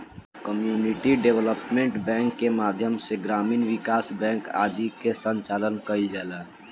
community development bank के माध्यम से ग्रामीण विकास बैंक आदि के संचालन कईल जाला